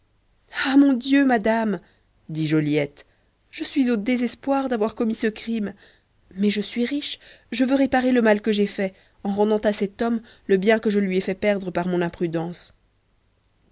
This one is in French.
ah mon dieu madame dit joliette je suis au désespoir d'avoir commis ce crime mais je suis riche je veux réparer le mal que j'ai fait en rendant à cet homme le bien que je lui ai fait perdre par mon imprudence